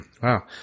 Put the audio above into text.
Wow